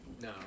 No